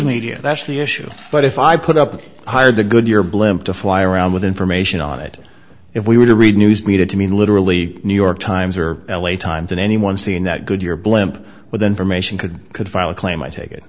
media that's the issue but if i put up a hire the goodyear blimp to fly around with information on it if we were to read news media to mean literally new york times or l a times than anyone seeing that goodyear blimp with information could could file a claim i take it